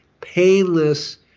painless